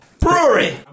Brewery